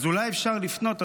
אז אולי אפשר לפנות,